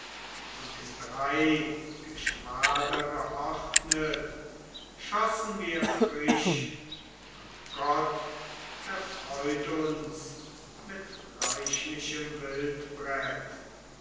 und in drei geschwader geordnet schossen wir frisch und gott erfreut uns mit reichlichem wildbret